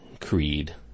Creed